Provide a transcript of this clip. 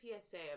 PSA